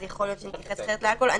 אז יכול להיות שנתייחס אחרת לאלכוהול.